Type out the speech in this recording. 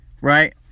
Right